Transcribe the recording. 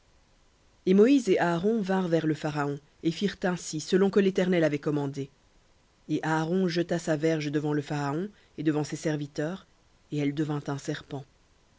et moïse et aaron vinrent vers le pharaon et firent ainsi selon que l'éternel avait commandé et aaron jeta sa verge devant le pharaon et devant ses serviteurs et elle devint un serpent